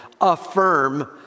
affirm